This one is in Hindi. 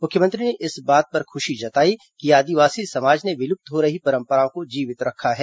मुख्यमंत्री ने इस बात पर खुशी जताई कि आदिवासी समाज ने विलुप्त हो रही परम्पराओं को जीवित रखा है